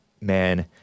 man